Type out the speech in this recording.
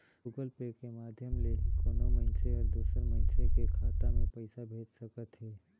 Google Pay के माधियम ले ही कोनो मइनसे हर दूसर मइनसे के खाता में पइसा भेज सकत हें